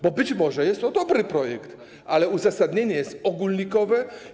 Być może jest to dobry projekt, ale uzasadnienie jest ogólnikowe.